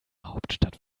hauptstadt